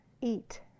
Eat